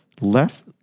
left